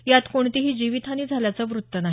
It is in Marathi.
यात कोणतीही जीवितहानी झाल्याचं वृत्त नाही